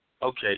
Okay